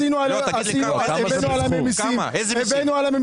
איזה מסים?